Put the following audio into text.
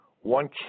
One